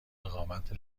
اقامت